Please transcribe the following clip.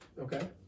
Okay